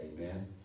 Amen